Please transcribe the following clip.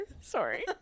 sorry